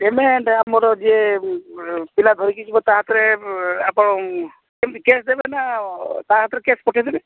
payment ଆମର ଯିଏ ପିଲା ଧରିକି ଯିବ ତା ହାତରେ ଆପଣ କେମତି କ୍ୟାସ ଦେବେ ନା ତା ହାତରେ କ୍ୟାସ ପଠାଇଦେବେ